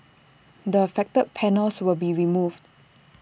the affected panels will be removed